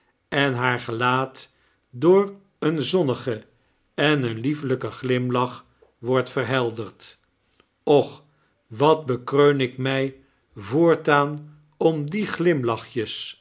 en haar gelaat door een zonnigen en een liefelyken glimlach wordt verhelderd och wat bekreun ik mij voortaan om